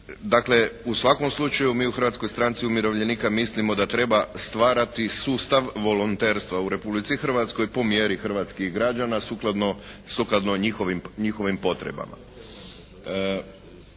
Dakle u svakom slučaju mi u Hrvatskoj stranci umirovljenika mislimo da treba stvarati sustav volonterstva u Republici Hrvatskoj po mjeri hrvatskih građana sukladno njihovim potrebama.